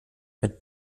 mit